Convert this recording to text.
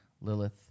Lilith